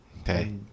Okay